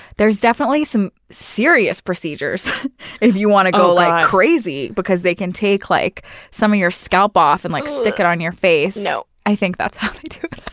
there's definitely some serious procedures if you want to go like crazy, because they can take like some of your scalp off and like stick it on your face. so i think that's how they do it.